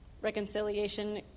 Reconciliation